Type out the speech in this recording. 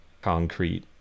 concrete